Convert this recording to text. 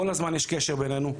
כל הזמן יש קשר ביננו,